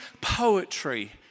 poetry